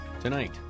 Tonight